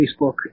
Facebook